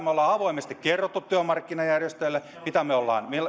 me olemme avoimesti kertoneet työmarkkinajärjestöille mitä me